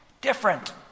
different